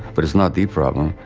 but it's not the problem.